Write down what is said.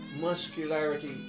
muscularity